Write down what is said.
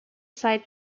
side